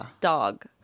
dog